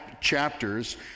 chapters